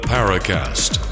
Paracast